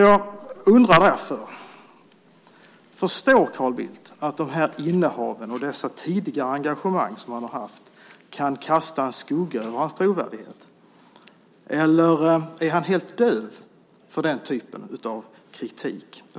Jag undrar därför: Förstår Carl Bildt att de här innehaven och dessa tidigare engagemang som han har haft kan kasta en skugga över hans trovärdighet eller är han helt döv för den typen av kritik?